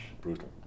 brutal